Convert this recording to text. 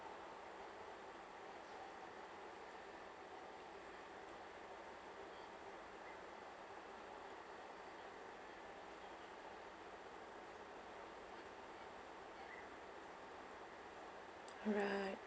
alright